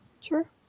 Sure